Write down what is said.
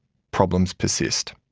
problems persist.